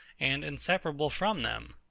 and inseparable from them.